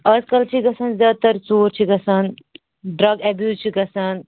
اَزکل چھِ گَژھان زیادٕ تر ژوٗر چھِ گَژھان ڈرٛگ ایٚبیوٗز چھِ گَژھان